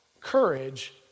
courage